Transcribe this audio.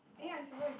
eh I suppose